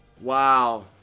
Wow